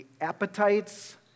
appetites